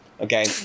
okay